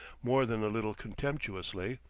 more than a little contemptuously.